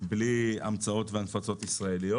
בלי המצאות ישראליות.